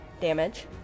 damage